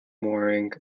waring